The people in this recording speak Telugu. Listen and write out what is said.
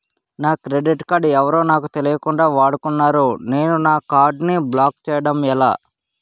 నా క్రెడిట్ కార్డ్ ఎవరో నాకు తెలియకుండా వాడుకున్నారు నేను నా కార్డ్ ని బ్లాక్ చేయడం ఎలా?